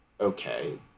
Okay